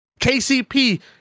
KCP